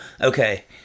Okay